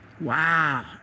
Wow